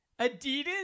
Adidas